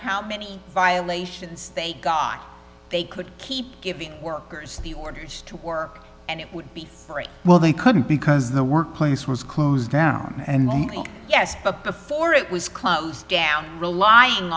how many violations they guy they could keep giving workers the orders to work and it would be free well they couldn't because the work place was closed down and yes but before it was closed down relying